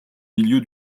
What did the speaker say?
milieu